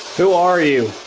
who. are. you.